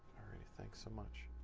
thanks so much.